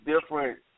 different